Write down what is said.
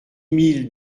mille